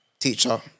teacher